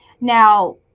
now